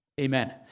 Amen